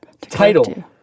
Title